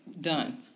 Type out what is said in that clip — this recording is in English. done